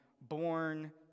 born